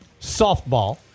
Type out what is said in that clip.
softball